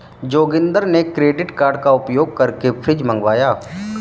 जोगिंदर ने credit card का उपयोग करके फ्रिज मंगवाया